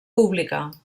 pública